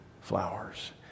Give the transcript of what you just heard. flowers